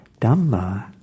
dhamma